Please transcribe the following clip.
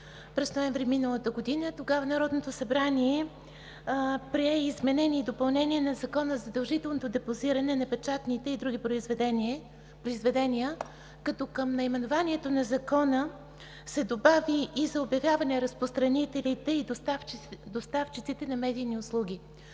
месец ноември миналата година. Тогава Народното събрание прие изменение и допълнение на Закона за задължителното депозиране на печатните и други произведения, като към наименованието на Закона се добави „и за обявяване разпространителите и доставчиците на медийни услуги“.